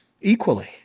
equally